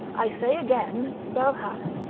i say again thou hast,